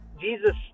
Jesus